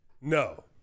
No